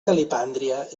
calipàndria